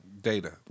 Data